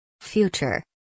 Future